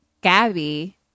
Gabby